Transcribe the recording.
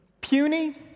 puny